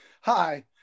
Hi